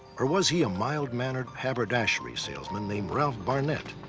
or was he a mild mannered haberdashery salesman named ralph barnett?